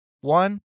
One